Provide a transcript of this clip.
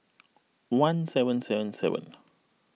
one seven seven seven